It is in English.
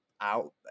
out